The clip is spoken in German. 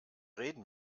reden